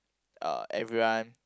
uh everyone